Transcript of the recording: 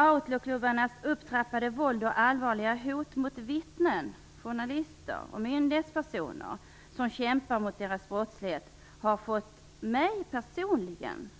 Outlaw-klubbarnas upptrappade våld och allvarliga hot mot vittnen, journalister och myndighetspersoner, som kämpar mot deras brottslighet, har fått mig personligen